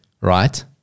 right